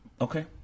Okay